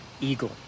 eagle